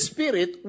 Spirit